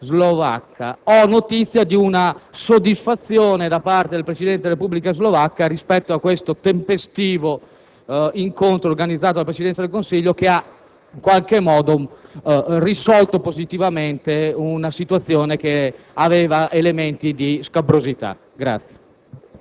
Ho notizia della soddisfazione da parte del Presidente della Repubblica Slovacca rispetto a questo tempestivo incontro organizzato dalla Presidenza del Consiglio, che ha in qualche modo risolto positivamente una situazione che conteneva elementi di scabrosità.